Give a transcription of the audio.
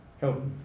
Help